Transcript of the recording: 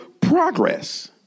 progress